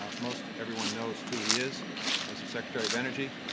um most everyone knows who he is as the secretary of energy.